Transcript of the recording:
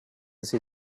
see